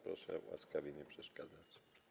Proszę łaskawie nie przeszkadzać.